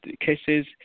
cases